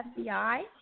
FBI